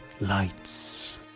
lights